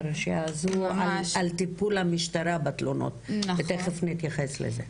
על טיפול המשטרה בתלונות ותיכף נתייחס לזה.